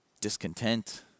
discontent